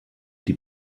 die